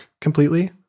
completely